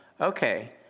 okay